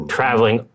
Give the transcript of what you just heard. Traveling